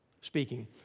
speaking